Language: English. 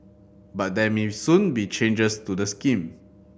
but there may soon be changes to the scheme